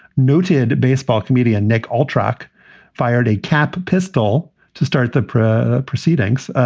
noted baseball comedian nick all track fired a cap pistol to start the proceedings.